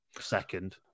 second